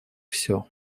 все